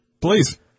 Please